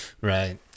Right